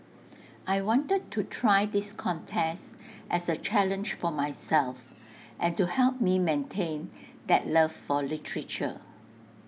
I wanted to try this contest as A challenge for myself and to help me maintain that love for literature